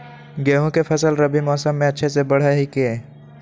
गेंहू के फ़सल रबी मौसम में अच्छे से बढ़ हई का?